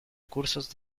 cursos